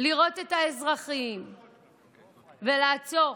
לראות את האזרחים ולעצור,